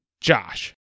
Josh